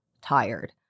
tired